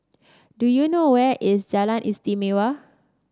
do you know where is Jalan Istimewa